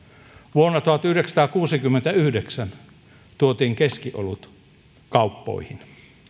vuonna tuhatyhdeksänsataakuusikymmentäyhdeksän tuotiin keskiolut kauppoihin